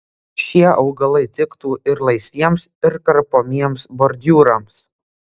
šie augalai tiktų ir laisviems ir karpomiems bordiūrams